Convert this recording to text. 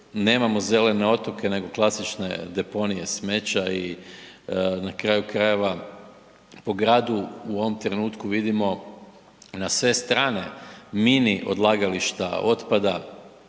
nemamo zelene otoke nego klasične deponije smeća i na kraju krajeva po gradu u ovom trenutku vidimo na sve strane mini odlagališta otpada